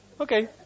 Okay